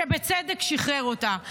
שבצדק שחרר אותה.